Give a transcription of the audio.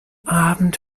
abend